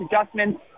adjustments